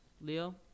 Leo